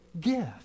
gift